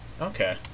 Okay